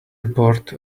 report